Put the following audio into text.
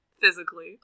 Physically